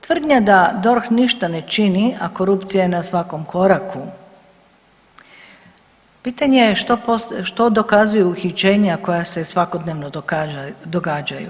Tvrdnja da DORH ništa ne čini, a korupcija je na svakom koraku, pitanje je što dokazuju uhićenja koja se svakodnevno događaju?